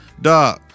Duh